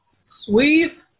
Sweep